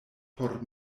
por